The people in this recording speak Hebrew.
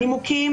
הנימוקים,